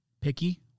picky